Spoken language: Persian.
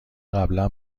قبلا